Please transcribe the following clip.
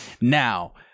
Now